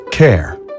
Care